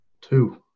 Two